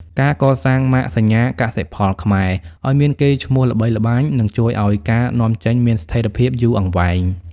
ការកសាងម៉ាកសញ្ញា "កសិផលខ្មែរ" ឱ្យមានកេរ្តិ៍ឈ្មោះល្បីល្បាញ នឹងជួយឱ្យការនាំចេញមានស្ថិរភាពយូរអង្វែង។